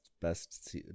best